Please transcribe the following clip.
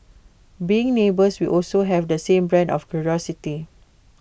being neighbours we also have the same brand of curiosity